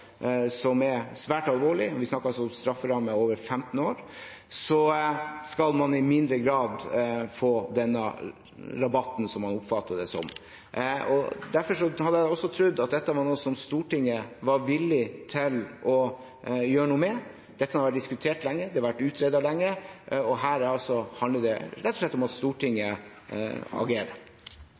som er svært alvorlige – vi snakker altså om strafferammer på over 15 år – i mindre grad skal få denne rabatten, som man oppfatter det som. Derfor hadde jeg også trodd at dette var noe Stortinget var villig til å gjøre noe med. Dette har vært diskutert lenge, det har vært utredet lenge, og her handler det altså rett og slett om at Stortinget agerer.